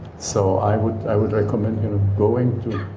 so i would i would recommend going to.